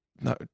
no